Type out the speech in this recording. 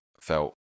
felt